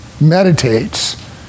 meditates